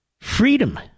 Freedom